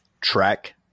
track